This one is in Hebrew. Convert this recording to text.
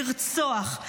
לרצוח,